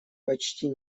почти